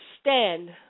Stand